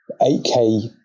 8k